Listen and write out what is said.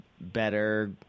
better